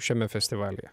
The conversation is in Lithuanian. šiame festivalyje